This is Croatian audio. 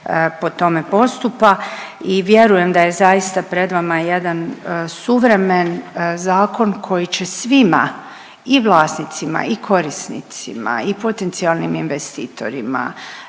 po tome postupa i vjerujem da je zaista pred vama jedan suvremen zakon koji će svima i vlasnicima i korisnicima i potencijalnim investitorima,